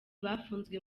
bafunzwe